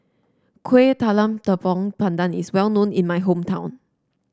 Kueh Talam Tepong Pandan is well known in my hometown